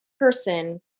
person